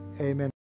Amen